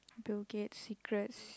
Bill-Gate secrets